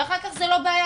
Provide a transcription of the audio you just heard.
ואחר כך זו לא בעיה,